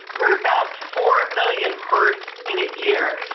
we're about four million births in a year.